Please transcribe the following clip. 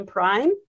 Prime